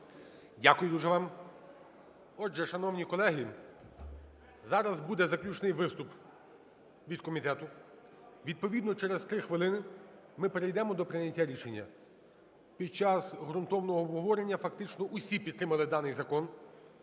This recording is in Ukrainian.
Дякую дуже вам. Отже, шановні колеги, зараз буде заключний виступ від комітету. Відповідно через 3 хвилини ми перейдемо до прийняття рішення. Під час ґрунтовного обговорення фактично усі підтримали даний закон,